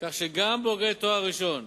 כך שגם בוגרי תואר ראשון,